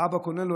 האבא קונה לו,